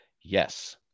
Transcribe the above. Yes